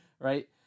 right